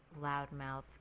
loudmouth